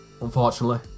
unfortunately